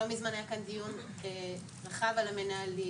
לא מזמן היה כאן דיון רחב על המנהלים.